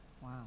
Wow